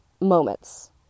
moments